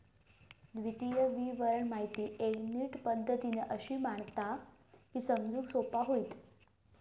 वित्तीय विवरण माहिती एक नीट पद्धतीन अशी मांडतत की समजूक सोपा होईत